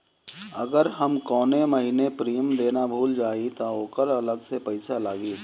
अगर हम कौने महीने प्रीमियम देना भूल जाई त ओकर अलग से पईसा लागी?